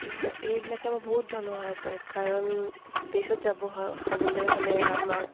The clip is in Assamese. ইহ এইবিলাকে আমাৰ বহুত ধৰণৰ সহায় কৰে কাৰণ স্পেচত যাব হ'বলৈ হ'লে আমাক